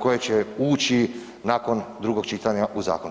koje će ući nakon drugog čitanja u zakon.